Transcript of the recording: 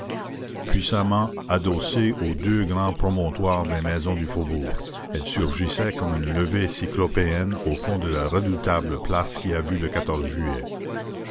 puissamment adossée aux deux grands promontoires de maisons du faubourg elle surgissait comme une levée cyclopéenne au fond de la redoutable place qui a vu le juillet